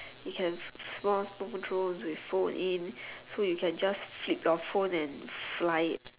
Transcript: you can more drones with phone in so you can just flip your phone and fly it